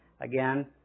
Again